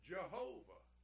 Jehovah